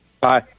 Bye